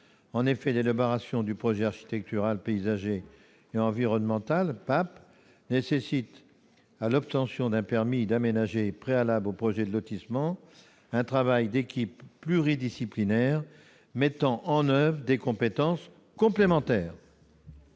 L'élaboration du projet architectural, paysager et environnemental nécessaire à l'obtention d'un permis d'aménager préalable aux projets de lotissement exige un travail d'équipe pluridisciplinaire, mettant en oeuvre des compétences complémentaires.